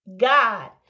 God